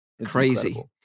Crazy